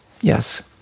yes